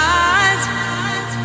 eyes